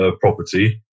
property